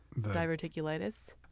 diverticulitis